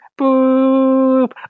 boop